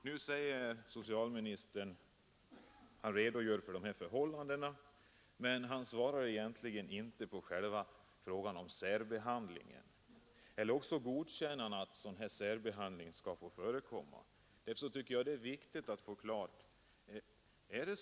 Nu redogör socialministern för förhållandena, men han svarar egentligen inte på själva frågan om särbehandlingen — eller också godkänner han att sådan här särbehandling skall få förekomma. Därför tycker jag det är viktigt att få ett klart besked.